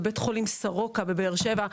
בבית החולים סורוקה בבאר שבע,